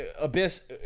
abyss